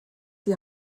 die